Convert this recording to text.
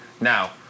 Now